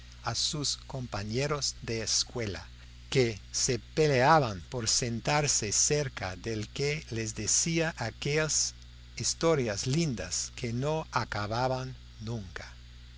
a sus compañeros de escuela que se peleaban por sentarse cerca del que les decía aquellas historias lindas que no acababan nunca